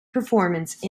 performance